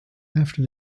after